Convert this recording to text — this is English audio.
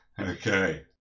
Okay